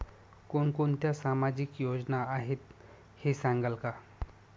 कोणकोणत्या सामाजिक योजना आहेत हे सांगाल का?